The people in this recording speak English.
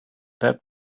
dead